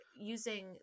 using